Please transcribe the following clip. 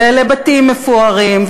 ולבתים מפוארים,